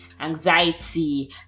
anxiety